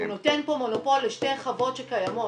הוא נותן פה מונופול לשתי חוות שקיימות.